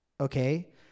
Okay